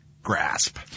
Grasp